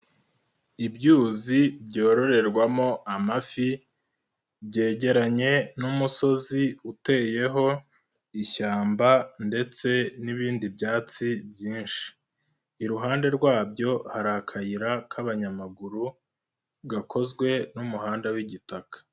Ibyuzi byororerwamo amafi, byegeranye n'umusozi uteyeho ishyamba ndetse n'ibindi byatsi byinshi. Iruhande rwabyo hari akayira k'abanyamaguru, gakozwe n'umuhanda w'igitaka.